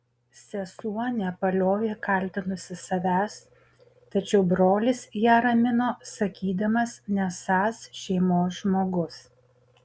sesuo nepaliovė kaltinusi savęs tačiau brolis ją ramino sakydamas nesąs šeimos žmogus